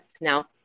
now